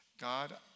God